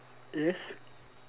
yes